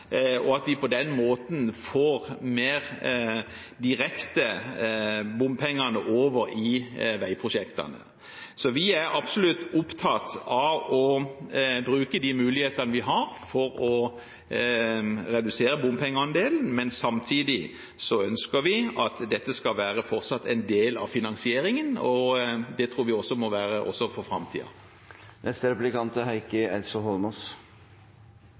og at vi på den måten får bompengene mer direkte over i veiprosjektene. Vi er absolutt opptatt av å bruke de mulighetene vi har til å redusere bompengeandelen, men samtidig ønsker vi at dette fortsatt skal være en del av finansieringen, og det tror vi også må være for framtiden. Jeg har heller ikke tenkt å gå aggressivt løs på Kristelig Folkeparti for den innsatsen som er